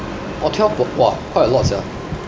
!wah! twelve per !wah! quite a lot sia